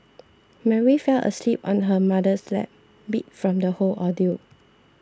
Mary fell asleep on her mother's lap beat from the whole ordeal